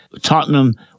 Tottenham